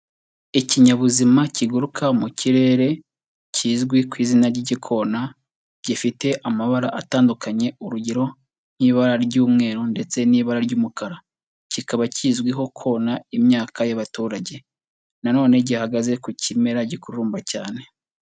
Ikinyabuzima kiguruka mu kirere kizwi ku izina ry'igikona, gifite amabara atandukanye, urugero nk'ibara ry'umweru ndetse n'ibara ry'umukara; kikaba kizwiho kona imyaka y'abaturage, nanone gihagaze ku kimera gikururumba cyane.